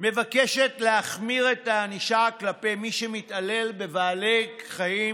מבקשת להחמיר את הענישה כלפי מי שמתעלל בבעלי חיים